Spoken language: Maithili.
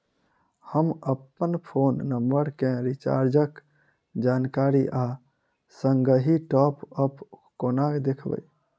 हम अप्पन फोन नम्बर केँ रिचार्जक जानकारी आ संगहि टॉप अप कोना देखबै?